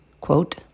Quote